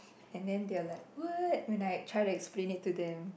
and then they were like weird when I try to explain it to them